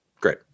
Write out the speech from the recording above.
Great